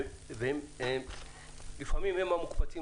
אני רוצה להתקדם בדיון.